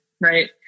right